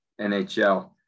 NHL